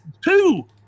two